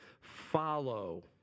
follow